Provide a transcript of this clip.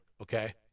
Okay